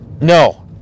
no